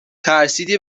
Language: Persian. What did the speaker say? ترسیدی